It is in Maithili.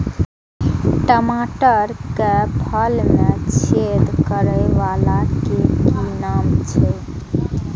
टमाटर के फल में छेद करै वाला के कि नाम छै?